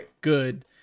good